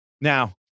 now